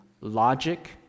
logic